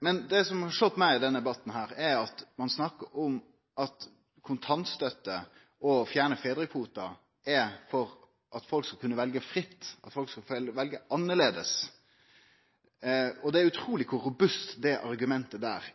Men det som har slått meg i denne debatten, er at ein snakkar om at kontantstøtte og det å fjerne fedrekvoten er for at folk skal kunne velje fritt og annleis. Det er utruleg kor robust det argumentet er.